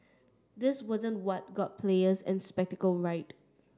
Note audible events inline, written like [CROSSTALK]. that wasn't what got players and [UNINTELLIGIBLE] riled